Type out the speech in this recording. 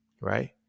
right